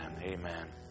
Amen